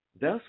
Thus